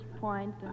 point